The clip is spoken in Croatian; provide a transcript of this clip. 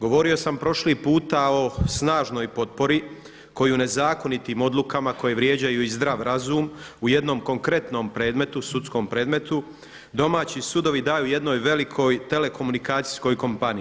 Govorio sam prošli puta o snažnoj potpori koju nezakonitim odlukama, koje vrijeđaju i zdrav razum u jednom konkretnom predmetu, sudskom predmetu domaći sudovi daju jednoj velikoj telekomunikacijskoj kompaniji.